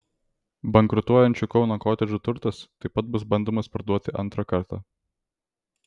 bankrutuojančių kauno kotedžų turtas taip pat bus bandomas parduoti antrą kartą